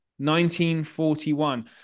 1941